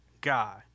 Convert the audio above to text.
guy